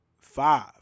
five